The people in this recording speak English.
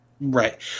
Right